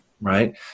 right